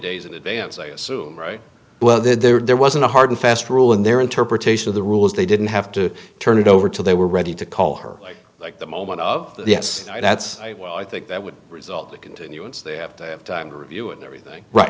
days in advance they assume right well that there wasn't a hard and fast rule in their interpretation of the rules they didn't have to turn it over till they were ready to call her like the moment of yes that's right well i think that would result in continuance they have to have time to review and everything right